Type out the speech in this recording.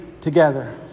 together